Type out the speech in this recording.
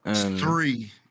Three